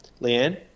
Leanne